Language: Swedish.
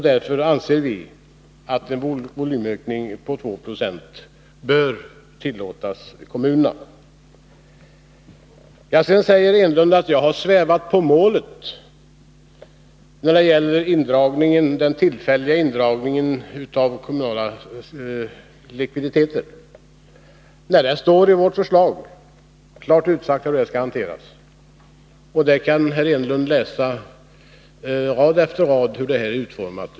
Därför anser vi att en volymökning på 2 20 bör tillåtas i kommunerna. Eric Enlund säger att jag har svävat på målet när det gäller den tillfälliga indragningen av kommunala likvider, men det står i vårt förslag klart utsagt hur den skall gå till. Herr Enlund kan läsa rad efter rad om hur den är utformad.